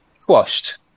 quashed